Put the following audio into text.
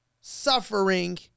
suffering